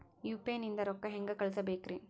UPI ನಿಂದ ರೊಕ್ಕ ಹೆಂಗ ಕಳಸಬೇಕ್ರಿ?